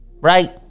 Right